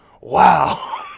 Wow